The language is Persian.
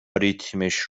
ریتمش